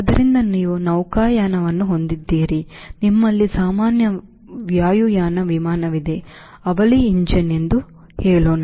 ಆದ್ದರಿಂದ ನೀವು ನೌಕಾಯಾನವನ್ನು ಹೊಂದಿದ್ದೀರಿ ನಿಮ್ಮಲ್ಲಿ ಸಾಮಾನ್ಯ ವಾಯುಯಾನ ವಿಮಾನವಿದೆ ಅವಳಿ ಎಂಜಿನ್ ಎಂದು ಹೇಳೋಣ